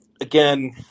again